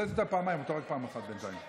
הוצאתי אותה פעמיים, אתה, רק פעם אחת בינתיים.